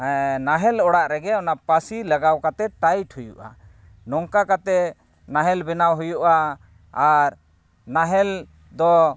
ᱱᱟᱦᱮᱞ ᱚᱲᱟᱜ ᱨᱮᱜᱮ ᱚᱱᱟ ᱯᱟᱥᱤ ᱞᱟᱜᱟᱣ ᱠᱟᱛᱮᱫ ᱴᱟᱭᱤᱴ ᱦᱩᱭᱩᱜᱼᱟ ᱱᱚᱝᱠᱟ ᱠᱟᱛᱮᱫ ᱱᱟᱦᱮᱞ ᱵᱮᱱᱟᱣ ᱱᱟᱦᱮᱞ ᱵᱮᱱᱟᱣ ᱦᱩᱭᱩᱜᱼᱟ ᱟᱨ ᱱᱟᱦᱮᱞ ᱫᱚ